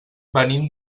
venim